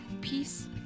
peace